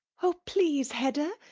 oh, please, hedda,